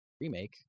remake